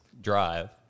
drive